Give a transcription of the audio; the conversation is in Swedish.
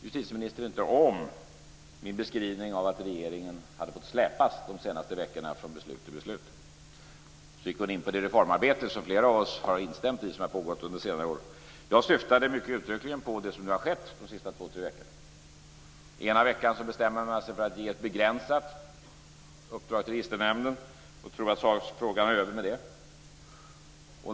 Justitieministern tyckte inte om min beskrivning att regeringen fått släpas från beslut till beslut de senaste veckorna. Justitieministern gick in på det reformarbete som flera av oss har instämt i och som har pågått under senare år. Jag syftade uttryckligen på det som skett de senaste två tre veckorna. Ena veckan bestämmer man sig för att ge ett begränsat uppdrag åt registernämnden, och tror att frågan är över med det.